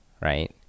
right